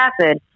acid